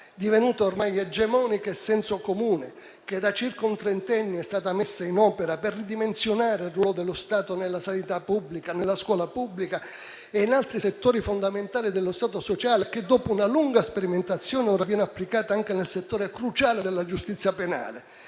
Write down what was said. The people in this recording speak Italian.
divenuta ormai egemonica e senso comune, che da circa un trentennio è stata messa in opera per ridimensionare il ruolo dello Stato nella sanità pubblica, nella scuola pubblica e in altri settori fondamentali dello Stato sociale, che, dopo una lunga sperimentazione, ora viene applicata anche nel settore cruciale della giustizia penale.